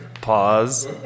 Pause